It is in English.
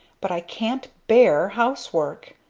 but i can't bear housework!